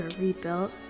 rebuilt